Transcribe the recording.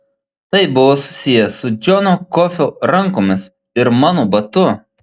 tai buvo susiję su džono kofio rankomis ir mano batu